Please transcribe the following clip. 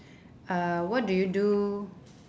uh what do you do